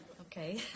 Okay